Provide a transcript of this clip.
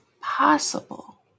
possible